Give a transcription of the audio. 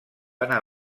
anar